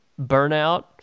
burnout